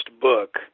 book